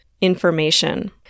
information